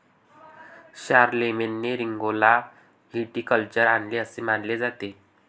शारलेमेनने रिंगौला व्हिटिकल्चर आणले असे मानले जाते